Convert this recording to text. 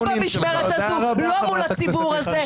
לא בכדי חבר הכנסת עופר כסיף מחזק את ידייך.